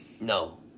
No